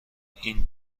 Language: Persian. این